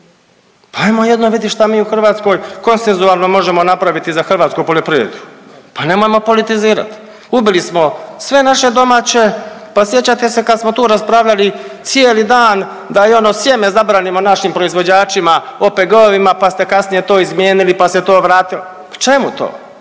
Pa ajmo jednom vidit šta mi u Hrvatskom konsensualno možemo napraviti za hrvatsku poljoprivredu. Pa nemojmo politizirati. Ubili smo sve naše domaće, pa sjećate se kad smo tu raspravljali cijeli dan da i ono sjeme zabranimo našim proizvođačima OPG-ovima pa ste kasnije to izmijenili, pa se to vratilo. Pa čemu to?